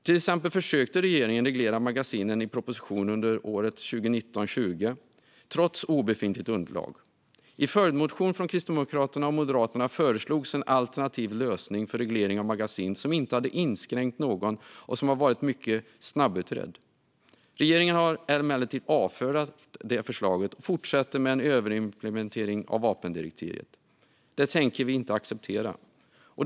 Regeringen försökte också att reglera magasinen i en proposition under riksdagsåret 2019/20, trots obefintligt underlag. I en följdmotion från Kristdemokraterna och Moderaterna föreslogs en alternativ lösning för reglering av magasin som inte hade inskränkt någon och som hade varit mycket snabbutredd. Regeringen har emellertid avfärdat förslaget och fortsätter med en överimplementering av vapendirektivet. Det tänker vi inte acceptera.